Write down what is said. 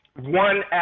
One